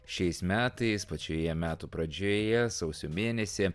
šiais metais pačioje metų pradžioje sausio mėnesį